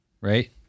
right